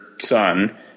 son